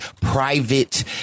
private